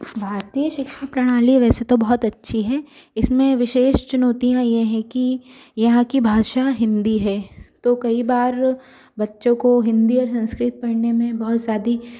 भारतीय शिक्षा प्रणाली वैसे तो बहुत अच्छी है इस में विशेष चुनोतियाँ ये हैं कि यहाँ की भाषा हिन्दी है तो कई बार बच्चों को हिन्दी और संस्कृत पढ़ने में बहुत ज़्यादा